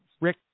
Rick